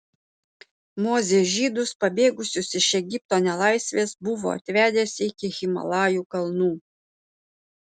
mozė žydus pabėgusius iš egipto nelaisvės buvo atvedęs iki himalajų kalnų